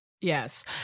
Yes